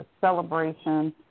celebration